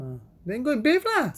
ah then go and bathe lah